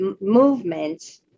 movement